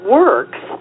works